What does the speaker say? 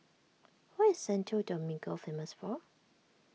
what is Santo Domingo famous for